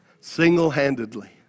Single-handedly